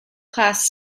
class